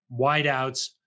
wideouts